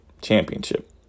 championship